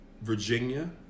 Virginia